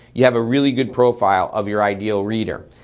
you have a really good profile of your ideal reader.